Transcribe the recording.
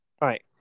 right